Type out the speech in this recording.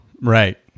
Right